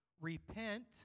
Repent